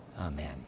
Amen